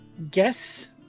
Guess